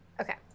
Okay